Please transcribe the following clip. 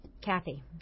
Kathy